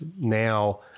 Now